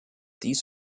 dies